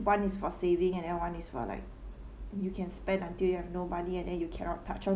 one is for saving and then one is for like you can spend until you have no money and then you cannot touch one